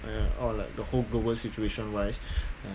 ya or like the whole global situation wise